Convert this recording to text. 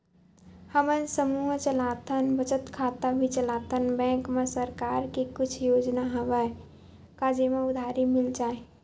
हमन समूह चलाथन बचत खाता भी चलाथन बैंक मा सरकार के कुछ योजना हवय का जेमा उधारी मिल जाय?